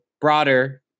broader